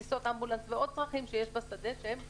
טיסות אמבולנסים ועוד צרכים שיש בשדה שהם חלק.